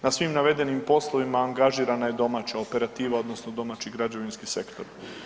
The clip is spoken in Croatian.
Na svim navedenim poslovima angažirana je domaća operativa odnosno domaći građevinski sektor.